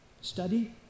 Study